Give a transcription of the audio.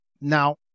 Now